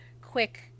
quick